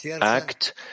act